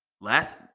Last